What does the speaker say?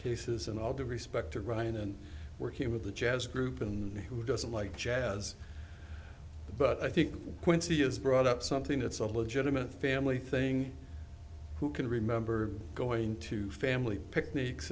cases and all due respect to ryan and working with the jazz group and who doesn't like jazz but i think quincy has brought up something that's a legitimate family thing who can remember going to family picnics